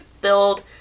build